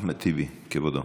אחמד טיבי, כבודו.